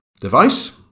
device